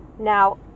now